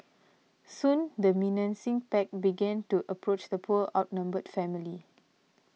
soon the menacing pack began to approach the poor outnumbered family